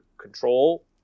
control